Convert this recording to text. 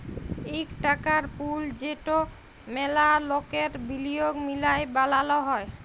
ইক টাকার পুল যেট ম্যালা লকের বিলিয়গ মিলায় বালাল হ্যয়